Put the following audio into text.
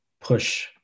push